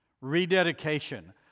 rededication